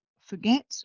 forget